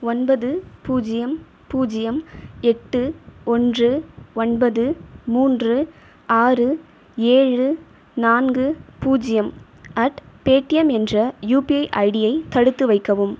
ஒன்பது பூஜ்ஜியம் பூஜ்ஜியம் எட்டு ஒன்று ஒன்பது மூன்று ஆறு ஏழு நான்கு பூஜ்ஜியம் அட் பேடிஎம் என்ற யுபிஐ ஐடியை தடுத்து வைக்கவும்